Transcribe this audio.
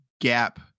gap